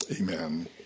Amen